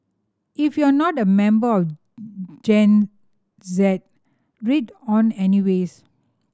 if you're not a member of Gen Z read on anyways